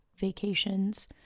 vacations